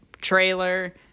trailer